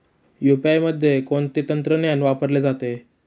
UPI मध्ये कोणते तंत्रज्ञान वापरले जाते?